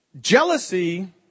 Jealousy